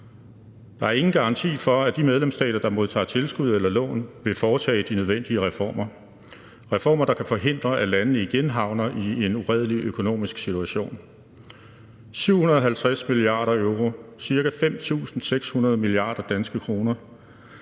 Der er ingen garanti for, at de medlemsstater, der modtager tilskud eller lån, vil foretage de nødvendige reformer, der kan forhindre, at landene igen havner i en uredelig økonomisk situation. 750 mia. euro, ca. 6.500 mia. kr., skal danskerne